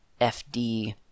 fd